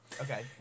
Okay